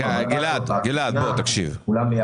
דיברנו על ענף התבלינים, כולם ביחד.